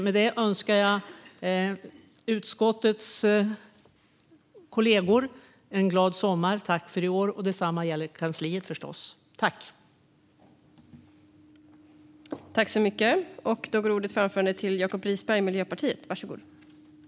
Med det önskar jag kollegorna i utskottet en glad sommar. Tack för i år! Detsamma gäller förstås kansliet.